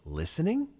listening